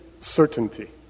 certainty